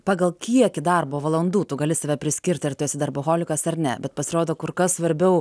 pagal kiekį darbo valandų tu gali save priskirti ar tu esi darboholikas ar ne bet pasirodo kur kas svarbiau